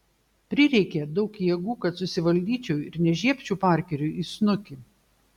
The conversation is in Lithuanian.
prireikė daug jėgų kad susivaldyčiau ir nežiebčiau parkeriui į snukį